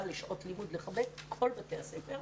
לשעות לימוד לגבי כל בתי הספר.